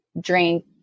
drink